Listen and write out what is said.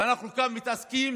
ואנחנו מתעסקים